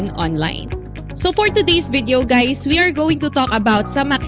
and online so for today's video guys, we are going to talk about some